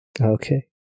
okay